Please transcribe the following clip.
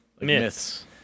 Myths